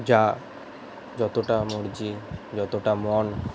যা যতটা মর্জি যতটা মন